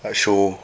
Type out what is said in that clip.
uh show